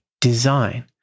design